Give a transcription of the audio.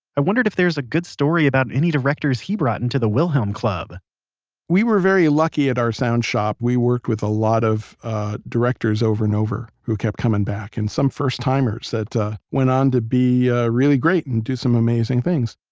i wondered if there's a good story about any directors he brought into the wilhelm club we were very lucky at our sound shop. we worked with a lot of directors over and over, who kept coming back, and some first timers that went on to be really great and do some amazing things